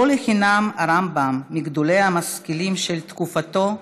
לא לחינם הרמב"ם, מגדולי המשכילים של תקופתו,